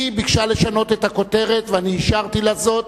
היא ביקשה לשנות את הכותרת ואני אישרתי לה זאת,